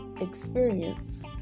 experience